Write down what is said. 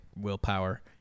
willpower